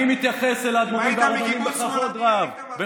אני מתייחס אל האדמו"רים והרבנים בכבוד רב.